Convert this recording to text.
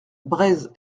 breizh